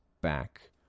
back